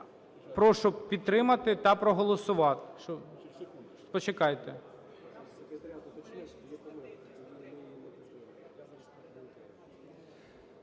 Прошу підтримати та проголосувати. Почекайте.